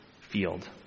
field